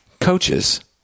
coaches